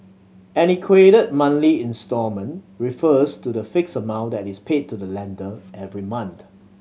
an equated monthly instalment refers to the fixed amount that is paid to the lender every month